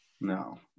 No